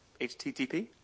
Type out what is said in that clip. HTTP